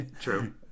true